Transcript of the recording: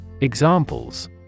Examples